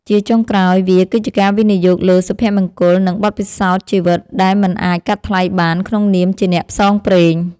ជាចុងក្រោយ វាគឺជាការវិនិយោគលើសុភមង្គល និងបទពិសោធន៍ជីវិតដែលមិនអាចកាត់ថ្លៃបានក្នុងនាមជាអ្នកផ្សងព្រេង។